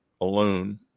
alone